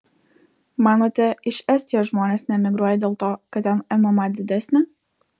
manote iš estijos žmonės neemigruoja dėl to kad ten mma didesnė